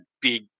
big